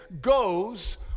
goes